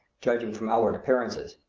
judging from outward appearances.